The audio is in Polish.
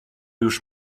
już